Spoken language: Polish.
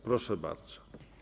Proszę bardzo.